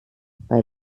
bei